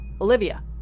Olivia